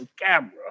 camera